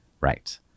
Right